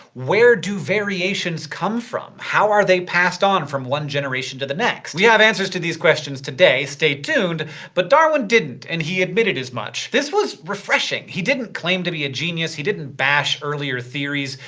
where do variations come from? how are they passed on from one generation to the next? next? we have answers to these questions today stayed tuned but darwin didn't, and he admitted as much. this was, refreshing. he didn't claim to be a genius. he didn't bash earlier theories.